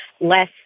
less